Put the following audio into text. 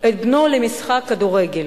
את בנו למשחק כדורגל.